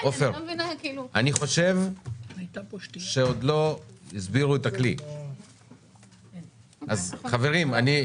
אני חושב שעוד לא הסבירו את הכלי, אז, חברים.